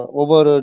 over